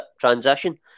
transition